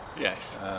yes